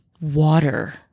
water